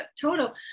total